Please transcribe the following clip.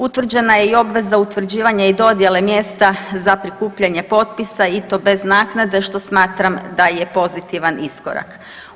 Utvrđena je i obveza utvrđivanja i dodjele mjesta za prikupljanje potpisa i to bez naknade, što smatram da je pozitivan iskorak.